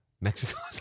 Mexico